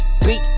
beat